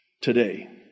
today